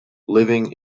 living